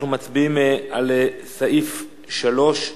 אנחנו מצביעים על סעיף 3,